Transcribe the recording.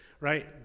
right